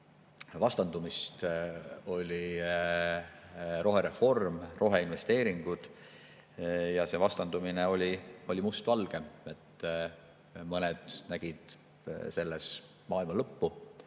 vastandumist, oli rohereform, roheinvesteeringud. Ja see vastandumine oli mustvalge. Mõned nägid selles maailma lõppu